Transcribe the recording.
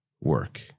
work